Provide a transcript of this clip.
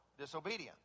disobedience